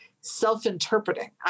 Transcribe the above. self-interpreting